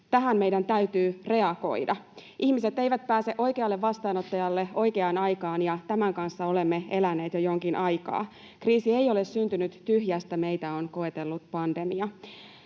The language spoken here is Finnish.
tähän meidän täytyy reagoida. Ihmiset eivät pääse oikealle vastaanottajalle oikeaan aikaan, ja tämän kanssa olemme eläneet jo jonkin aikaa. Kriisi ei ole syntynyt tyhjästä: meitä on koetellut pandemia.